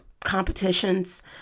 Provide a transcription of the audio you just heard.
competitions